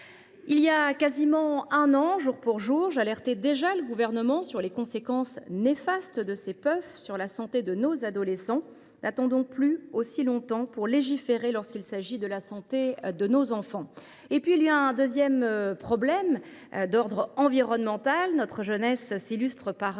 Voilà quasiment un an, jour pour jour, j’alertai le Gouvernement sur les conséquences néfastes des puffs sur la santé de nos adolescents. N’attendons plus aussi longtemps pour légiférer lorsqu’il s’agit de la santé de nos enfants ! L’autre problème majeur que pose la puff est d’ordre environnemental. Notre jeunesse s’illustre par